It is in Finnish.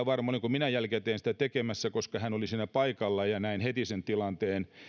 varma olinko jälkikäteen sitä tekemässä koska hän oli siinä paikalla ja näin heti sen tilanteen